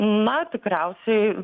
na tikriausiai